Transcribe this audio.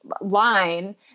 line